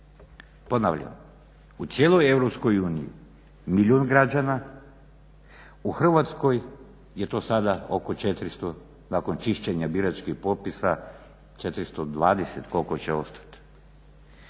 Ponavljam, u cijeloj EU milijun građana, u Hrvatskoj je to sada oko 400 nakon čišćenja biračkih popisa 420 koliko će ostati.